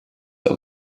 aus